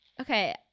okay